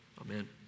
amen